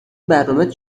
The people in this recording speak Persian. برنامهت